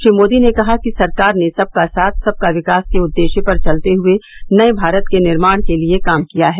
श्री मोदी ने कहा कि सरकार ने सबका साथ सबका विकास के उद्देश्य पर चलते हुए नये भारत के निर्माण के लिए काम किया है